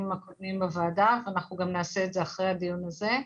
הקודמים בוועדה ואנחנו גם נעשה את זה אחרי הדיון הזה.